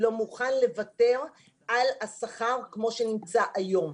לא מוכן לוותר על השכר כמו שנמצא היום.